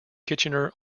kitchener